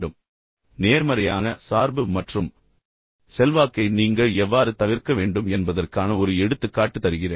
எனவே முடிப்பதற்கு முன் நேர்மறையான சார்பு மற்றும் செல்வாக்கை நீங்கள் எவ்வாறு தவிர்க்க வேண்டும் என்பதற்கான ஒரு எடுத்துக்காட்டு தருகிறேன்